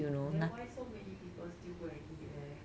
then why so many people still go and eat leh